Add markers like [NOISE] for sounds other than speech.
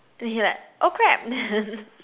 then he like oh crap [LAUGHS]